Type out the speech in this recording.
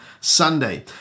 Sunday